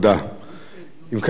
חבר הכנסת נסים זאב,